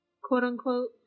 quote-unquote